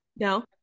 no